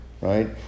right